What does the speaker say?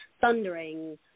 thundering